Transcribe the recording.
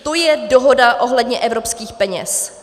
To je dohoda ohledně evropských peněz.